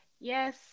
Yes